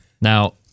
Now